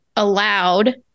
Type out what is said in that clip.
allowed